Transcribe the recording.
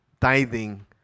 tithing